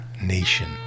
nation